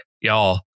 y'all